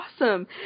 awesome